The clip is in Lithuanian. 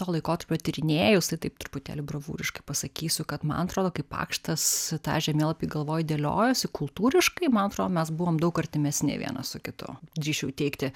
to laikotarpio tyrinėjus tai taip truputėlį bravūriškai pasakysiu kad man atrodo kai pakštas tą žemėlapį galvoj dėliojosi kultūriškai man atrodo mes buvom daug artimesni vienas su kitu drįsčiau teigti